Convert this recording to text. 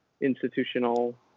institutional